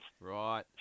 Right